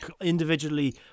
individually